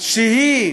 שהיא